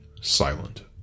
silent